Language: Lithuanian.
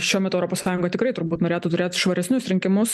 šiuo metu europos sąjunga tikrai turbūt norėtų turėt švaresnius rinkimus